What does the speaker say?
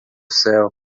céu